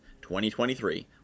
2023